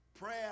prayer